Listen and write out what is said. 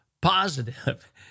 positive